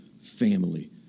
family